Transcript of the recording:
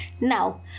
Now